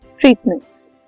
treatments